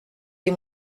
des